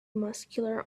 muscular